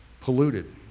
polluted